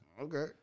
Okay